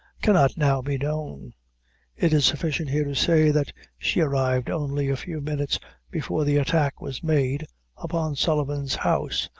cannot now be known it is sufficient here to say, that she arrived only a few minutes before the attack was made upon sullivan's house,